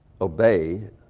obey